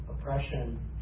oppression